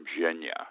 Virginia